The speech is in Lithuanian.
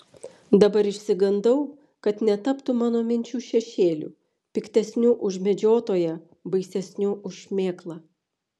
dabar išsigandau kad netaptų mano minčių šešėliu piktesniu už medžiotoją baisesniu už šmėklą